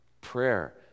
Prayer